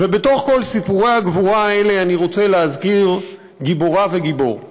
ובתוך כל סיפורי הגבורה האלה אני רוצה להזכיר גיבורה וגיבור.